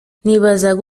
nibazaga